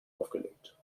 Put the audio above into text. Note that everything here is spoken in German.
aufgelegt